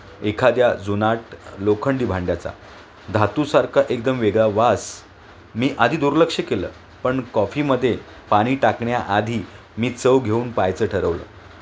एखाद्या जुनाट लोखंडी भांड्याचा धातूसारखा एकदम वेगळा वास मी आधी दुर्लक्ष केलं पण कॉफीमध्ये पाणी टाकण्याआधी मी चव घेऊन पाहायचं ठरवलं